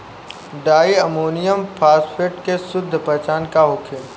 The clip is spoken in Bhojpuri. डाइ अमोनियम फास्फेट के शुद्ध पहचान का होखे?